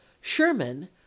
sherman